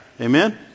Amen